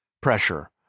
pressure